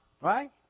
right